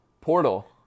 Portal